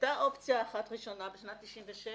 הייתה אופציה אחת ראשונה בשנת 1996,